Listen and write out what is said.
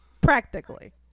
Practically